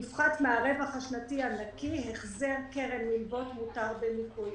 יופחת מהרווח השנתי הנקי החזר קרן מילוות מותר בניכוי,